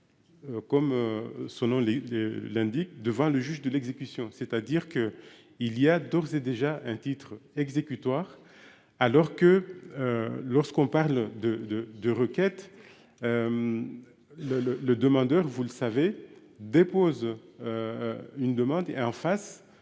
Comme son nom les lundi devant le juge de l'exécution. C'est-à-dire que il y a d'ores et déjà un titre exécutoire alors que. Lorsqu'on parle de de de requêtes. Le le le demandeur, vous le savez dépose. Une demande en face.